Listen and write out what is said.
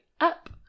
up